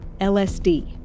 LSD